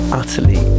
utterly